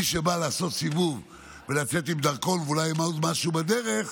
מי שבא לעשות סיבוב ולצאת עם דרכון ואולי עם עוד משהו בדרך,